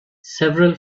several